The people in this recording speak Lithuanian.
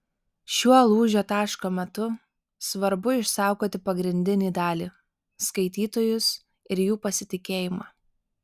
šiuo lūžio taško metu svarbu išsaugoti pagrindinį dalį skaitytojus ir jų pasitikėjimą